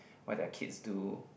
what their kids do